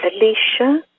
Alicia